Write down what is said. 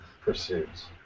pursuits